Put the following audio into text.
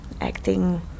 Acting